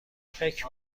فکر